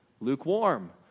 lukewarm